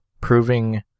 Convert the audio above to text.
proving